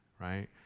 right